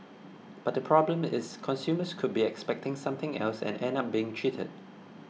but the problem is consumers could be expecting something else and end up being cheated